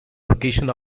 location